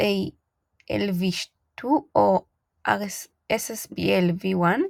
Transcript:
RSALv2 או SSPLv1,